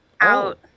out